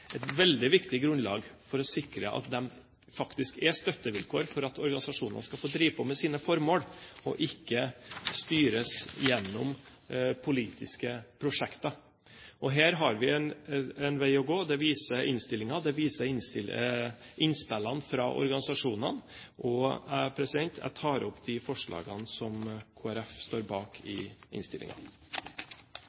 et veldig viktig grunnlag for å sikre at organisasjonene faktisk får drive på med sine formål og ikke styres gjennom politiske prosjekter. Her har vi en vei å gå. Det viser innstillingen. Det viser innspillene fra organisasjonene. Jeg tar opp de forslagene som Kristelig Folkeparti står bak i